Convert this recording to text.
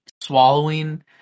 swallowing